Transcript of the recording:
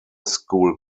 school